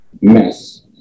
mess